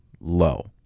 low